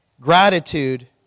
Gratitude